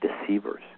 deceivers